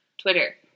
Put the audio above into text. Twitter